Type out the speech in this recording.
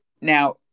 Now